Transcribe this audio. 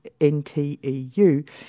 NTEU